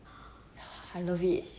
ah I love it